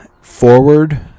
forward